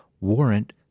warrant